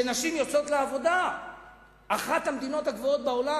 ששיעור הנשים היוצאות בה לעבודה הוא מהגבוהים בעולם,